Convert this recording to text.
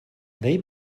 they